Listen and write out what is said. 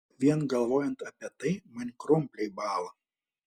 vien galvojant apie tai man krumpliai bąla